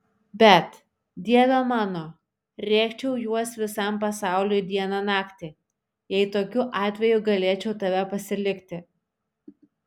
bet dieve mano rėkčiau juos visam pasauliui dieną naktį jei tokiu atveju galėčiau tave pasilikti